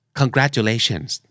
congratulations